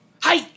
Hi